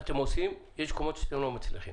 אתם עושים, יש מקומות שאתם לא מצליחים